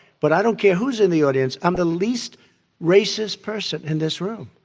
but i don't care who's in the audience i'm the least racist person in this room.